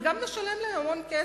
וגם נשלם להן המון כסף.